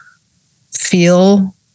feel